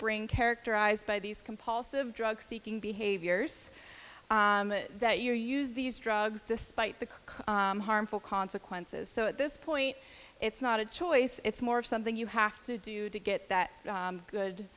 brink characterized by these compulsive drug seeking behaviors that you use these drugs despite the harmful consequences so at this point it's not a choice it's more of something you have to do to get that good